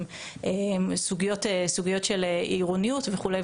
סוגיות של עירוניות וכו'.